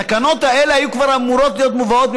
התקנות האלה היו אמורות להיות מובאות,